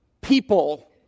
people